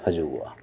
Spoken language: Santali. ᱦᱟᱹᱡᱩᱜᱚᱜᱼᱟ